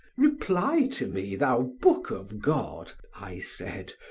reply to me, thou book of god, i said,